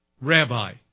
rabbi